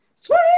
Sweet